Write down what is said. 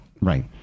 Right